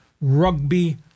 rugby